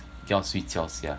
要睡觉 sia